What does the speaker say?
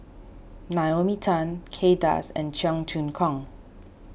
Naomi Tan Kay Das and Cheong Choong Kong